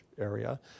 area